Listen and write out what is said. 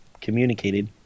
communicated